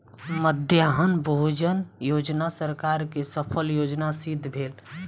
मध्याह्न भोजन योजना सरकार के सफल योजना सिद्ध भेल